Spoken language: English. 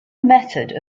method